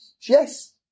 yes